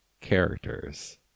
characters